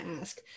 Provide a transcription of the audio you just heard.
ask